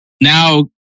Now